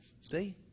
See